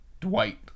Dwight